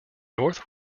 north